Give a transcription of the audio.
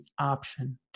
option